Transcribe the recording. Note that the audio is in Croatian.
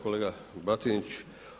Kolega Batinić.